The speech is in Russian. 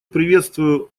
приветствую